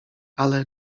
ale